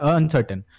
uncertain